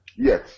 Yes